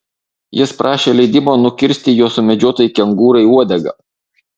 jis prašė leidimo nukirsti jo sumedžiotai kengūrai uodegą